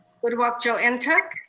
uduak-joe and ntuk.